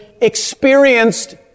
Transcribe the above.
experienced